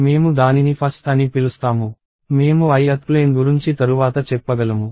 మేము దానిని 1th అని పిలుస్తాను మేము ith ప్లేన్ గురుంచి తరువాత చెప్పగలము